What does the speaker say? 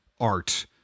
art